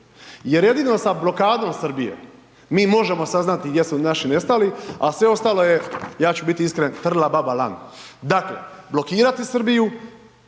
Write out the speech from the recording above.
jer jedino sa blokadom Srbije mi možemo saznati gdje su naši nestali, a sve ostalo je ja ću biti iskren, trla baba lan. Dakle, blokirati Srbiju